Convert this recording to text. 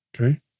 Okay